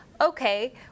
okay